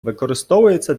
використовується